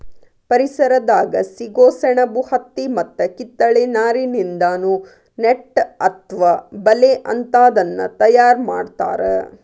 ಪರಿಸರದಾಗ ಸಿಗೋ ಸೆಣಬು ಹತ್ತಿ ಮತ್ತ ಕಿತ್ತಳೆ ನಾರಿನಿಂದಾನು ನೆಟ್ ಅತ್ವ ಬಲೇ ಅಂತಾದನ್ನ ತಯಾರ್ ಮಾಡ್ತಾರ